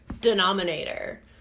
denominator